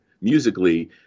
musically